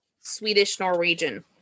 Swedish-Norwegian